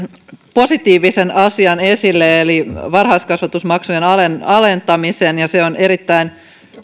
positiivisen asian esille eli varhaiskasvatusmaksujen alentamisen ja se on erittäin